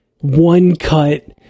one-cut